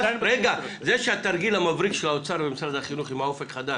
זה שהתרגיל המבריק של האוצר ומשרד החינוך עם "אופק חדש",